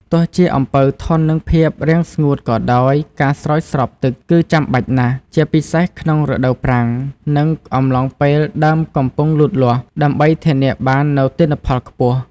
ទោះជាអំពៅធន់នឹងភាពរាំងស្ងួតក៏ដោយ ការស្រោចស្រពទឹកគឺចាំបាច់ណាស់ ជាពិសេសក្នុងរដូវប្រាំង និងអំឡុងពេលដើមកំពុងលូតលាស់ ដើម្បីធានាបាននូវទិន្នផលខ្ពស់។